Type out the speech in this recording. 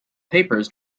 papers